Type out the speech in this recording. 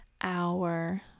hour